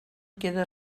queda